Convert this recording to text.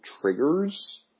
triggers